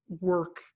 work